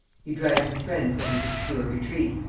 he dragged his friend from his obscure retreat,